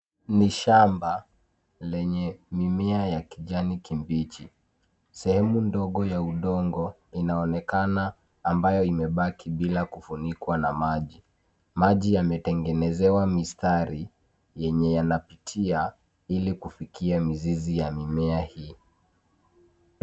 Ni shamba lenye mimea ya kijani kibichi. Sehemu ndogo ya udongo inaonekana ambayo imebaki bila kufunikwa na maji. Maji yametengenezewa mistari yenye yanapitia ili kufikia mizizi ya mimea hii.